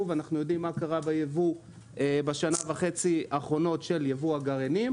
ואנחנו יודעים מה קרה בייבוא בשנה וחצי האחרונות של ייבוא הגרעינים.